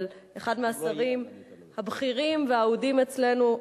של אחד מהשרים הבכירים והאהודים אצלנו,